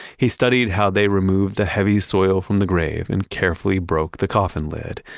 he studied how they removed the heavy soil from the grave and carefully broke the coffin lid.